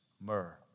myrrh